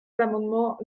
l’amendement